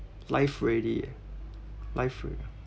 life ready ah life ready